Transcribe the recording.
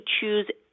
choose